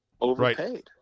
overpaid